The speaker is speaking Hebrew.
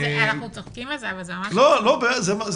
אנחנו צוחקים על זה, אבל זה ממש כך.